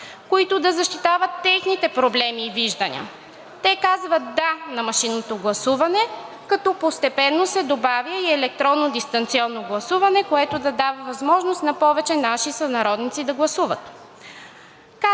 които да защитават техните проблеми и виждания. Те казват да на машинното гласуване, като постепенно се добавя и електронно дистанционно гласуване, което да дава възможност на повече наши сънародници да гласуват.